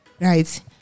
Right